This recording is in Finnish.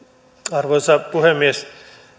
arvoisa puhemies